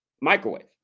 microwave